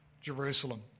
Jerusalem